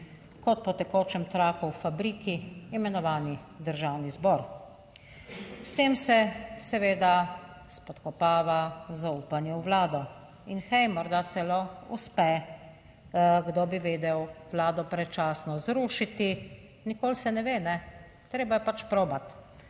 kot po tekočem traku v fabriki, imenovani v Državni zbor. S tem se seveda spodkopava zaupanje v Vlado in, hej, morda celo uspe, kdo bi vedel?, vlado predčasno zrušiti, nikoli se ne ve, kajne, treba je pač probati.